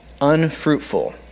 unfruitful